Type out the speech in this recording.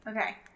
Okay